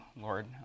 lord